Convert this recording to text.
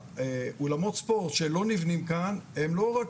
האולמות ספורט שלא נבנים כאן הם לא רק